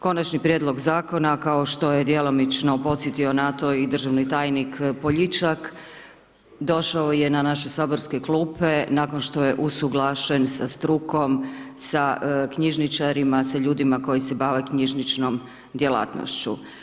Konačni prijedlog Zakona, kao što je djelomično podsjetio na to i državni tajnik Poljičak, došao je na naše saborske klupe nakon što je usuglašen sa strukom, sa knjižničarima, sa ljudima koji se bave knjižničnom djelatnošću.